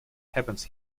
happens